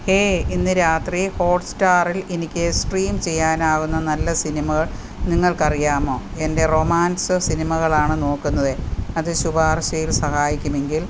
hey ഇന്ന് രാത്രി ഹോട്ട്സ്റ്റാറിൽ എനിക്ക് സ്ട്രീം ചെയ്യാനാകുന്ന നല്ല സിനിമകൾ നിങ്ങൾക്കറിയാമോ എൻ്റെ റൊമാൻസ് സിനിമകളാണ് നോക്കുന്നത് അത് ശുപാർശയിൽ സഹായിക്കുമെങ്കിൽ